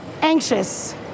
Anxious